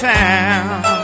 town